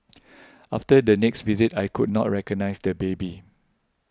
after the next visit I could not recognise the baby